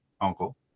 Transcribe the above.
uncle